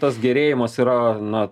tas gerėjimas yra na